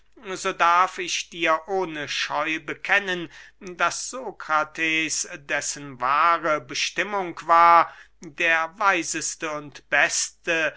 so darf ich dir ohne scheu bekennen daß sokrates dessen wahre bestimmung war der weiseste und beste